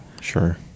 Sure